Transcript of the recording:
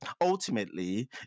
ultimately